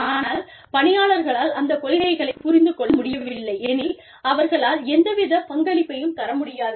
ஆனால் பணியாளர்களால் அந்த கொள்கையை புரிந்து கொள்ள முடியவில்லை எனில் அவர்களால் எந்தவித பங்களிப்பையும் தர முடியாது